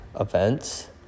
events